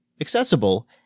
accessible